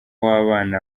w’abana